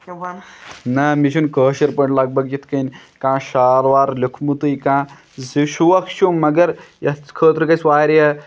نہ مےٚ چھُ نہٕ کٲشِر پٲٹھۍ یِتھ کَن کانہہ شار وار لیُکھمُتٕے کانہہ زِ شوق چھُم مَگر یَتھ خٲطرٕ گژھِ واریاہ